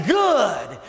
good